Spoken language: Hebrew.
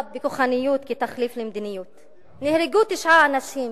בכוחניות כתחליף למדיניות נהרגו תשעה אנשים,